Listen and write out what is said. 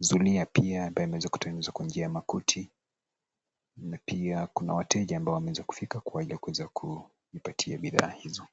Zulia pia imeweza kutengeneza kuingia makuti na pia kuna wateja ambao wameweza kufika kwa ajili ya kuweza kujipatia bidhaa hizo.